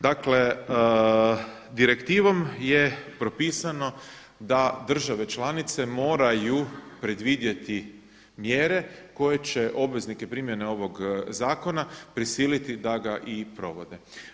Dakle, direktivom je propisano da države članice moraju predvidjeti mjere koje će obveznike primjene ovog zakona prisiliti da ga i provode.